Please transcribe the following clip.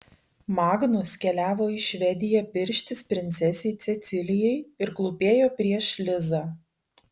magnus keliavo į švediją pirštis princesei cecilijai ir klūpėjo prieš lizą